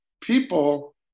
people